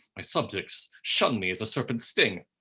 my subjects shun me as a serpent's sting,